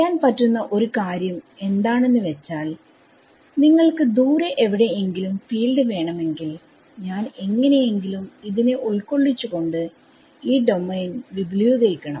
ചെയ്യാൻ പറ്റുന്ന ഒരു കാര്യം എന്താണെന്ന് വെച്ചാൽ നിങ്ങൾക്ക് ദൂരെ എവിടെ എങ്കിലും ഫീൽഡ് വേണമെങ്കിൽ ഞാൻ എങ്ങനെയെങ്കിലും ഇതിനെ ഉൾകൊള്ളിച്ചു കൊണ്ട് ഈ ഡോമെയിൻ വിപുലീകരിക്കണം